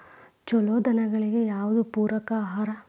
ಛಲೋ ದನಗಳಿಗೆ ಯಾವ್ದು ಪೂರಕ ಆಹಾರ?